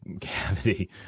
cavity